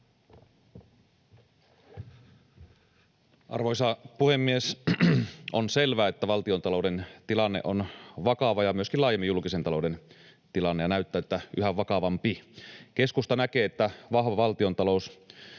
Arvoisa puhemies! On selvää, että valtiontalouden tilanne ja myöskin laajemmin julkisen talouden tilanne on vakava, ja näyttää siltä, että yhä vakavampi. Keskusta näkee, että vahva valtiontalous